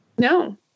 No